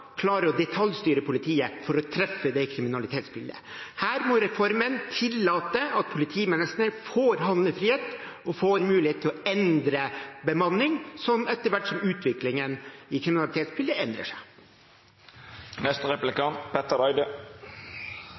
å detaljstyre politiet til å treffe kriminalitetsbildet. Her må reformen tillate at politimesteren får handlefrihet og mulighet til å endre bemanningen etter hvert som utviklingen i kriminalitetsbildet endrer